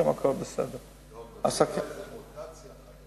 מדברים על איזו מוטציה.